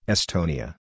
Estonia